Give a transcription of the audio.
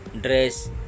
dress